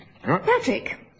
Patrick